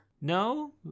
No